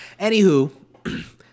Anywho